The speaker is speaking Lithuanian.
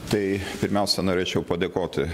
tai pirmiausia norėčiau padėkoti